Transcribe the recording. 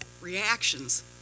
reactions